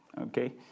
Okay